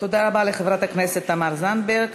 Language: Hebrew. תודה רבה לחברת הכנסת תמר זנדברג.